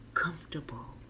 comfortable